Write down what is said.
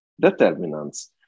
determinants